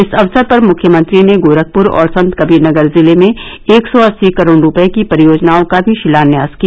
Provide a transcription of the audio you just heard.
इस अवसर पर मुख्यमंत्री ने गोरखपुर और संतकबीरनगर जिले में एक सौ अस्सी करोड़ रुपये की परियोजनाओं का भी शिलान्यास किया